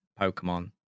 Pokemon